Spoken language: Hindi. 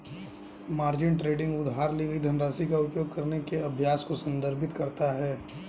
मार्जिन ट्रेडिंग उधार ली गई धनराशि का उपयोग करने के अभ्यास को संदर्भित करता है